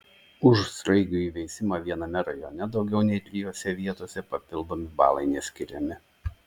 už sraigių įveisimą viename rajone daugiau nei trijose vietose papildomi balai neskiriami